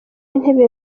w’intebe